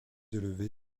élevé